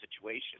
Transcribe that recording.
situation